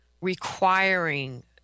requiring